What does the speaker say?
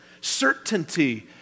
certainty